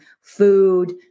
food